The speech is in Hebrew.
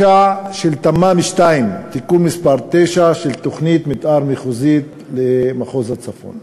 של תמ"מ 2. תיקון מס' 9 של תוכנית מתאר מחוזית למחוז הצפון.